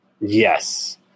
Yes